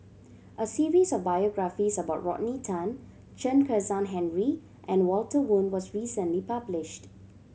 a series of biographies about Rodney Tan Chen Kezhan Henri and Walter Woon was recently published